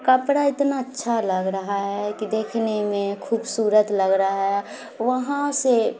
کپڑا اتنا اچھا لگ رہا ہے کہ دیکھنے میں خوبصورت لگ رہا ہے وہاں سے